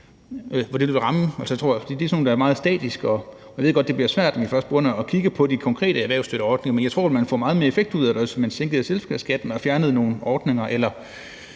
for det er sådan nogle, der er meget statiske. Jeg ved godt, at det bliver svært, når man først begynder at kigge på de konkrete erhvervsstøtteordninger, men jeg tror, at man ville få meget mere effekt ud af det, hvis det var sådan, at man sænkede selskabsskatten og fjernede nogle ordninger, eller